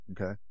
Okay